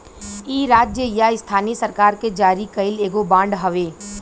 इ राज्य या स्थानीय सरकार के जारी कईल एगो बांड हवे